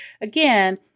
Again